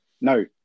No